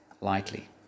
lightly